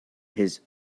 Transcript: his